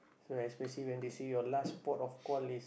so especially when they see your last port of call is